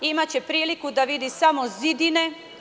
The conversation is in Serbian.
Imaće priliku da vidi samo zidine.